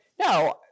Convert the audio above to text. no